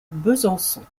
besançon